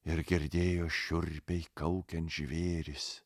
ir girdėjo šiurpiai kaukiant žvėris